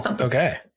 Okay